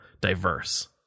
diverse